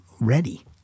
ready